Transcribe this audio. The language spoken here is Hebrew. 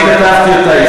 אני כתבתי אותה,